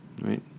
right